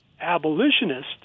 abolitionist